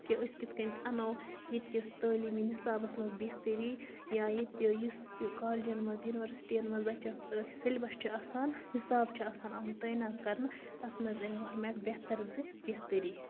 کہ أسۍ کِتھ کَنہِ اَنَو ییٚتہِ کِس تعلیٖمی نِصابَس منٛز بہتری یا ییٚتہِ یُس تہِ لالجَن منٛز یونِوَرسٹی یَن منٛز بَچن سیٚلبَس چھِ آسان نِصاب چھِ آسان آمُت تٲیِنات کرنہٕ تَتھ منٛز اَنہِ گورمنٛٹ بہتر زِ بہتری